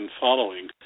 following